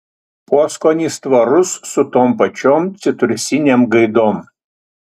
poskonis tvarus su tom pačiom citrusinėm gaidom